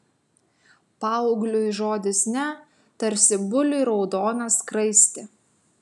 paaugliui žodis ne tarsi buliui raudona skraistė